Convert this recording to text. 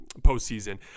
postseason